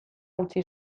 utzi